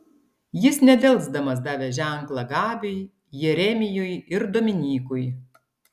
jis nedelsdamas davė ženklą gabiui jeremijui ir dominykui